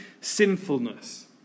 sinfulness